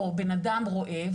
או בנאדם רואה.